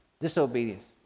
Disobedience